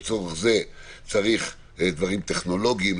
לצורך זה צריך דברים טכנולוגיים,